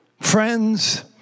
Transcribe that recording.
Friends